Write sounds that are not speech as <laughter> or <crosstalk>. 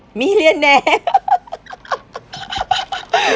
millionaire <laughs>